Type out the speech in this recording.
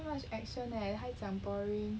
so much action leh 还讲 boring